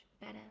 better